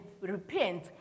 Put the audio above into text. repent